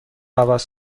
عوض